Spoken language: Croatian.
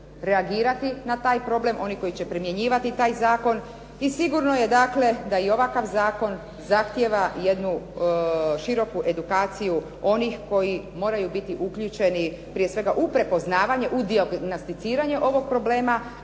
reagirati na taj problem, oni koji će primjenjivati taj zakon i sigurno je dakle da i ovakav zakon zahtjeva jednu široku edukaciju onih koji moraju biti uključeni, prije svega u prepoznavanje, u dijagnosticiranje ovog problema,